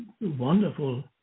wonderful